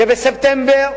שבספטמבר